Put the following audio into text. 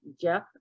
Jeff